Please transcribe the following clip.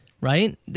right